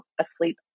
asleep